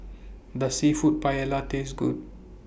Does Seafood Paella Taste Good